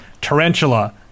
Tarantula